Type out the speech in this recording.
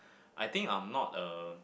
I think I'm not a